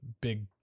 big